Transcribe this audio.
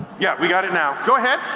yeah, we got it now. go ahead.